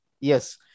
Yes